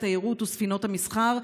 התיירות וספינות המסחר.